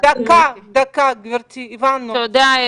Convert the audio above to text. הבנו.